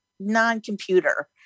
non-computer